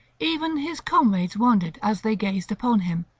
even his comrades wondered as they gazed upon him,